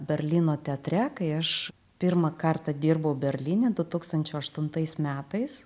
berlyno teatre kai aš pirmą kartą dirbau berlyne du tūkstančiai aštuntais metais